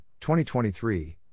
2023